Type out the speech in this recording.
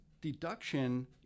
deduction